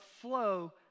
flow